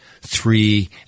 three